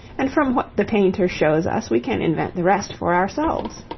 and from what the painter shows us we can invent the rest for ourselves.